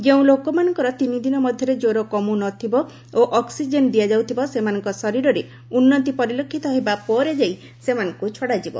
ଯେଉଁ ଲୋକମାନଙ୍କର ତିନିଦିନ ମଧ୍ୟରେ ଜ୍ୱର କମୁନଥିବ ଓ ଅକ୍ନିଜେନ୍ ଦିଆଯାଉଥିବ ସେମାନଙ୍କ ଶରୀରରେ ଉନ୍ନତି ପରିଲକ୍ଷିତ ହେବା ପରେ ଯାଇ ସେମାନଙ୍କୁ ଛଡ଼ାଯିବ